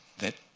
that